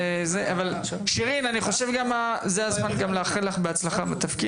אני חושב שזה הזמן לאחל לך גם בהצלחה בתפקיד.